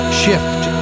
shift